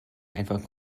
einfach